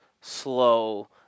slow